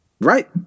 Right